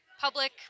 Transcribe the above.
public